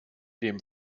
dem